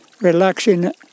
relaxing